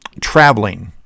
traveling